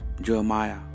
Jeremiah